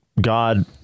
God